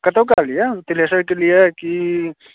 कतहुका लिये पिलेसरक लिये की